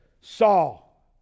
Saul